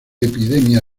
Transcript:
epidemia